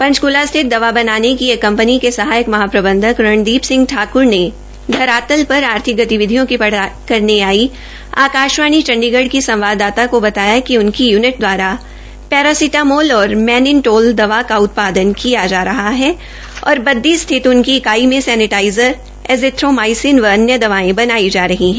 चकूला स्थित दवा बनाने की एक ंकं नी के सहायक महा प्रबधंक रणदी सिंह ठाक्र ने धरात र आर्थिक गतिविधियों की इताल करने गई आकाशवाणी चंडीगढ़ की संवाददाता को बताया कि उनकी यूनिट द्वारा पैरासिटामोल मैनीनटोल दवा का उत्पादन किया जा रहा है और बददी स्थित उनकी इकाई में सैनेटाइजर एज्रिओमाइसिन व अन्य दवायें बनाई जा रही है